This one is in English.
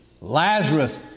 Lazarus